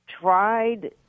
tried